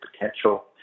potential